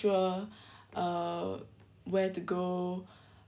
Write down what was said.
~ure uh where to go